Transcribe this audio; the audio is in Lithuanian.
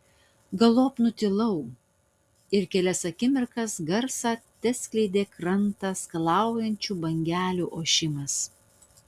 galop nutilau ir kelias akimirkas garsą teskleidė krantą skalaujančių bangelių ošimas